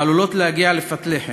העלולות להגיע עד פת לחם.